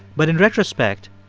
but in retrospect,